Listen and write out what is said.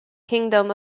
kingdom